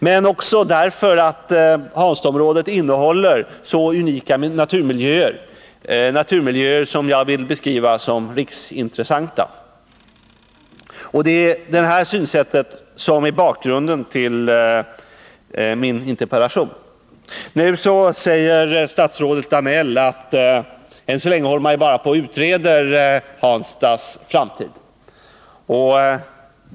Hanstaområdet innehåller också så unika naturmiljöer att jag vill beteckna dem som riksintressanta. Detta synsätt är bakgrunden till min interpellation. Nu sade statsrådet Danell att man än så länge bara utreder Hanstas framtid.